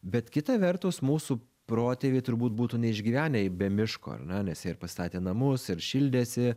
bet kita vertus mūsų protėviai turbūt būtų neišgyvenę be miško ar ne nes jie ir pastatė namus ir šildėsi